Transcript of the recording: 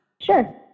Sure